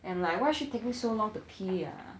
and like why she taking so long to pee ah